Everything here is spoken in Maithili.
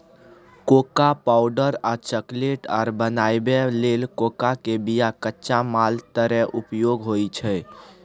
कोको पावडर और चकलेट आर बनाबइ लेल कोकोआ के बिया कच्चा माल तरे उपयोग होइ छइ